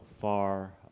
far